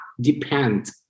depend